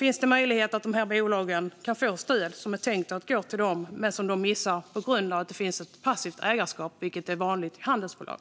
Finns det möjligheter för dessa bolag att få de stöd som är tänkta att gå till dem men som de missar på grund av att det finns ett passivt ägarskap, vilket är vanligt i handelsbolag?